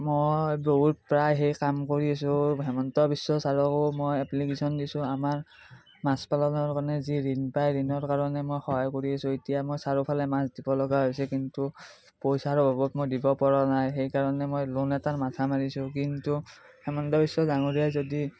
মই বহুত প্ৰায় সেই কাম কৰি আছো হেমন্ত বিশ্ব ছাৰকো মই এপ্লিকেশ্যন দিছোঁ আমাৰ মাছ পালনৰ কাৰণে যি ঋণ পায় ঋণৰ কাৰণে মই সহায় কৰি আছো এতিয়া মই চাৰিওফালে মাছ দিব লগা হৈছে কিন্তু পইচাৰ অভাৱত মই দিব পৰা নাই সেইকাৰণে মই লোন এটাৰ মাথা মাৰিছো কিন্তু হিমন্ত বিশ্ব ডাঙৰীয়াই যদি